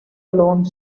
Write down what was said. alone